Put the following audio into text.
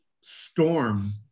storm